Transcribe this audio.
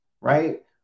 right